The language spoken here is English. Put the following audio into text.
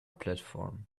platform